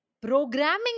programming